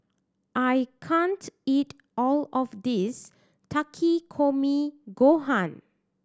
I can't eat all of this Takikomi Gohan